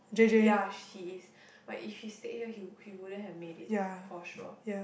ya she is but if she stayed here he would he wouldn't have made it for sure